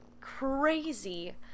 crazy